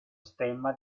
stemma